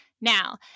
Now